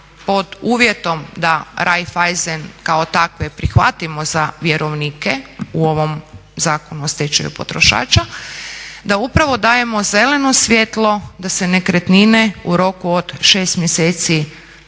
pod uvjetom da Raiffeisen kao takve prihvatimo za vjerovnike u ovom Zakonu o stečaju potrošača, da upravo dajemo zeleno svjetlo da se nekretnine u roku od 6 mjeseci